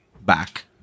back